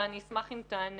אבל אני אשמח אם תענה.